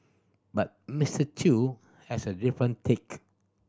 but Mister Chew has a different take